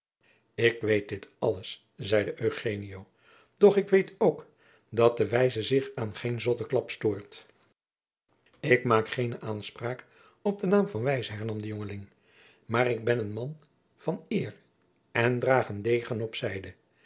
ik weet dit alles zeide eugenio doch ik weet ook dat de wijze zich aan geen zotteklap stoort ik maak geene aanspraak op den naam van wijze hernam de jongeling maar ik ben een man van eer en draag een degen op zijde